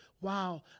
Wow